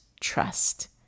trust